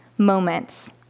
moments